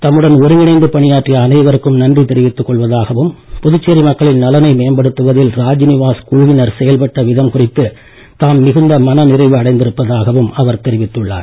தம்முடன் ஒருங்கிணைந்து பணியாற்றிய அனைவருக்கும் நன்றி தெரிவித்துக் கொள்வதாகவும் புதுச்சேரி மக்களின் நலனை மேம்படுத்துவதில் ராஜ்நிவாஸ் குழுவினர் செயல்பட்ட விதம் குறித்து தாம் மிகுந்த மனநிறைவு அடைந்திருப்பதாகவும் அவர் தெரிவித்துள்ளார்